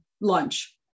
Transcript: lunch